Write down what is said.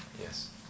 Yes